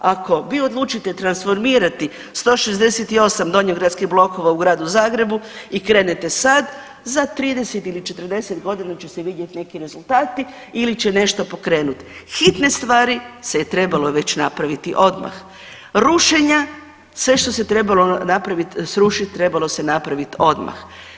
Ako vi odlučite transformirati 168 donjogradskih blokova u Gradu Zagrebu i krenete sad, za 30 ili 40.g. će se vidjet neki rezultati ili će nešto pokrenut, hitne stvari se je trebalo već napraviti odmah, rušenja, sve što se trebalo napravit, srušit trebalo se napravit odmah.